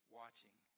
watching